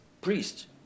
priest